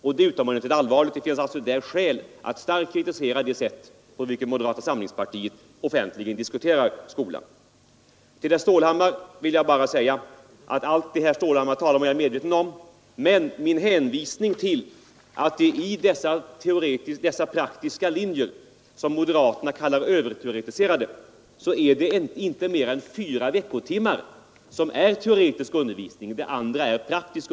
Det är utomordentligt allvarligt, och där finns det alltså skäl för att starkt kritisera det sätt på vilket man i moderata samlingspartiet offentligt diskuterar skolan. Sedan är jag fullt medveten om vad herr Stålhammar här sade. Men vad jag hänvisade till var att vid de praktiska linjerna — som moderaterna kallar för överteoretiserade — är det inte mer än fyra veckotimmar som är teoretisk undervisning. Övrig undervisning är praktisk.